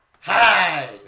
Hi